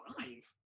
five